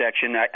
section